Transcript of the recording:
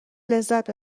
لذت